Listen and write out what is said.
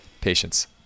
Patience